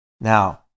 Now